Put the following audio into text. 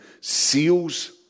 seals